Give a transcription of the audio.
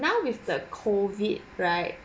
now with the COVID right